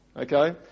okay